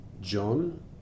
John